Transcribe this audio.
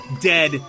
dead